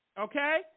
Okay